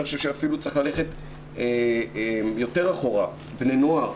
אני חושב שאפילו צריך ללכת יותר אחורה בני נוער,